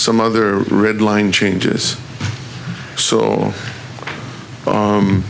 some other red line changes so